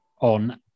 on